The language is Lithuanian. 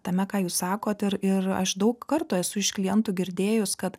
tame ką jūs sakot ir ir aš daug kartų esu iš klientų girdėjus kad